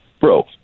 Bro